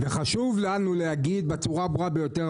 חשוב לנו להגיד בצורה הברורה ביותר,